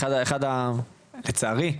לצערי,